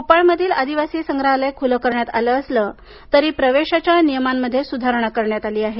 भोपाळमधील आदिवासी संग्रहालय खूलं करण्यात आलं असलं तरी प्रवेशाच्या नियमांमध्ये सुधारणा करण्यात आली आहे